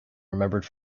remembered